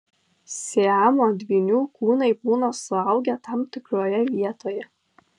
siamo dvynių kūnai būna suaugę tam tikroje vietoje